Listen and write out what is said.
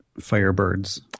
firebirds